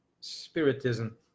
spiritism